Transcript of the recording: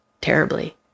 terribly